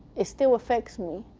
it still affects me.